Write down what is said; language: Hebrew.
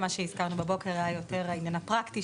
מה שהזכרנו בבוקר היה יותר העניין הפרקטי,